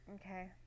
okay